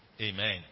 Amen